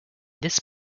this